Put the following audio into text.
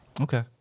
Okay